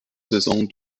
saison